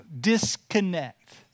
disconnect